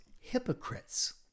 hypocrites